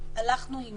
הלכנו עם